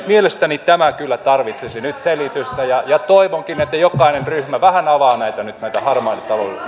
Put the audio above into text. mielestäni tämä kyllä tarvitsisi nyt selitystä ja ja toivonkin että jokainen ryhmä vähän avaa nyt näitä harmaan